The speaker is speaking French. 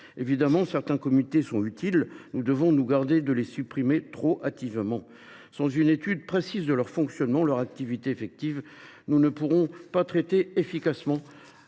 Évidemment, certains parmi ces derniers sont utiles et nous devons nous garder de les supprimer trop hâtivement. Sans une étude précise de leur fonctionnement et de leur activité réelle, nous ne pourrons pas traiter efficacement